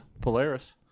Polaris